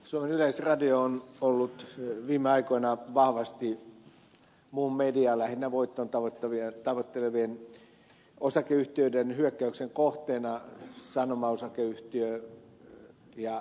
suomen yleisradio on ollut viime aikoina vahvasti muun median lähinnä voittoa tavoittelevien osakeyhtiöiden hyökkäyksen kohteena sanoma osakeyhtiön ja niin edelleen